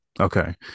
Okay